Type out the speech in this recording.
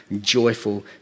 joyful